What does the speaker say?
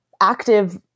active